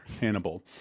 Hannibal